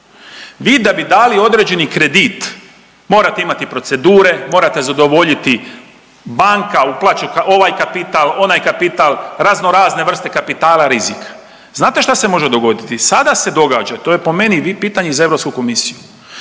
Vi da bi dali određeni kredit morate imati procedure, morate zadovoljiti banka, ovaj kapital, onaj kapital, razno razne vrste kapitala rizik. Znate što se može dogoditi? Sada se događa, to je po meni pitanje i za Europsku